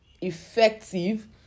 effective